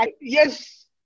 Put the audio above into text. yes